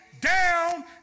down